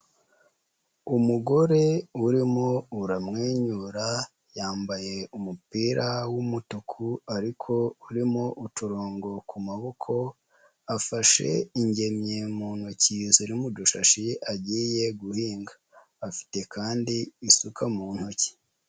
Umugore urimo uramwenyura, yambaye umupira w'umutuku ariko urimo uturongo ku maboko, afashe ingemye mu ntoki ziri mu dushashi agiye guhinga, afite kandi isuka mu ntoki.